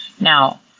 Now